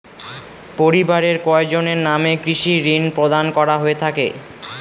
পরিবারের কয়জনের নামে কৃষি ঋণ প্রদান করা হয়ে থাকে?